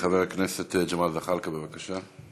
חבר הכנסת ג'מאל זחאלקה, בבקשה.